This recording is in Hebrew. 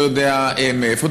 לא יודע מאיפה,